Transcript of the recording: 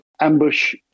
ambush-